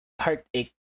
heartache